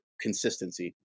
consistency